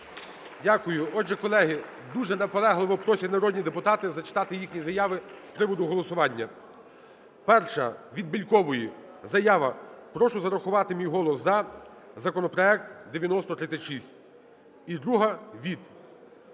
Дякую. Отже, колеги, дуже наполегливо просять народні депутати зачитати їхні заяви з приводу голосування. Перша від Бєлькової. Заява: прошу зарахувати мій голос за законопроект 9036. І друга від